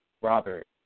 Robert